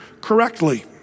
correctly